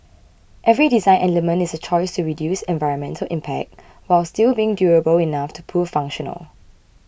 every design element is a choice to reduce environmental impact while still being durable enough to prove functional